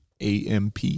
AMP